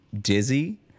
dizzy